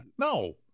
No